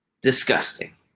disgusting